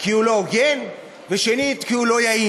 כי הוא לא הוגן, ושנית, כי הוא לא יעיל.